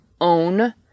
own